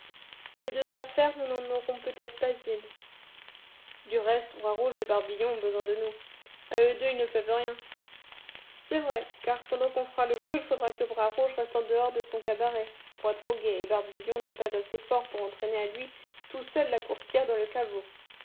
des deux affaires nous n'en aurons peut-être pas une du reste bras rouge et barbillon ont besoin de nous à eux deux ils ne peuvent rien c'est vrai car pendant qu'on fera le coup il faudra que bras rouge reste en dehors de son cabaret pour être au guet et barbillon n'est pas assez fort pour entraîner à lui tout seul la courtière dans le caveau